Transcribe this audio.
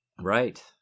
right